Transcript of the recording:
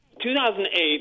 2008